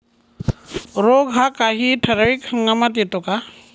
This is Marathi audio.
रोग हा काही ठराविक हंगामात येतो का?